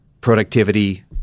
productivity